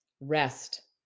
rest